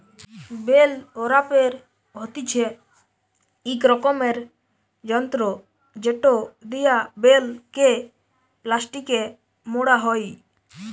bell ওরাপের হতিছে ইক রকমের যন্ত্র জেটো দিয়া বেল কে প্লাস্টিকে মোড়া হই